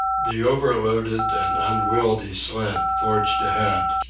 the overloaded and unwieldy sled forged ahead,